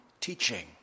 teaching